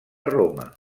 roma